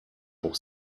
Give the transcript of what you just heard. pour